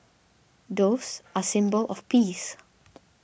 doves are symbol of peace